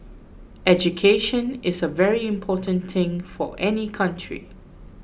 education is a very important thing for any country